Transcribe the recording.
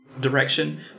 direction